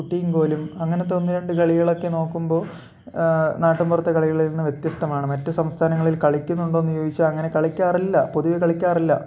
കുട്ടിയും കോലും അങ്ങനത്തെ ഒന്ന് രണ്ട് കളികളൊക്കെ നോക്കുമ്പോൾ നാട്ടിൻപുറത്തെ കളികളിൽ നിന്ന് വ്യത്യസ്തമാണ് മറ്റ് സംസ്ഥാനങ്ങളിൽ കളിക്കുന്നുണ്ടോ എന്ന് ചോദിച്ചാൽ അങ്ങനെ കളിക്കാറില്ല പൊതുവെ കളിക്കാറില്ല